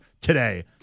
today